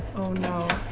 oh no